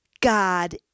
God